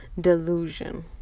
delusion